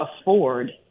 afford